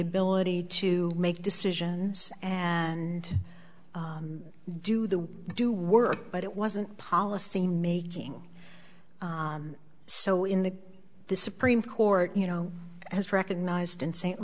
ability to make decisions and do the do work but it wasn't policymaking so in the supreme court you know as recognized in st